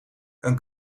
een